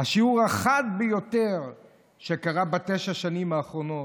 השיעור החד ביותר שקרה בתשע שנים האחרונות,